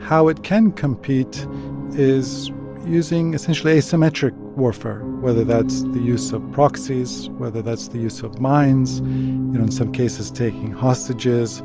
how it can compete is using essentially asymmetric warfare whether that's the use of proxies, whether that's the use of mines, you know, in some cases taking hostages,